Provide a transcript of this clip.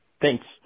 Thanks